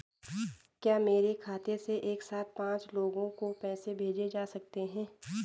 क्या मेरे खाते से एक साथ पांच लोगों को पैसे भेजे जा सकते हैं?